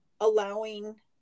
allowing